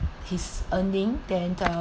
his earning then uh